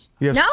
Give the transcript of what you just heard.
No